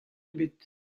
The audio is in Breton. ebet